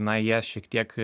na jie šiek tiek